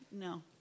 No